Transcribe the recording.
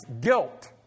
guilt